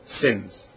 sins